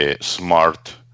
smart